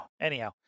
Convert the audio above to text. Anyhow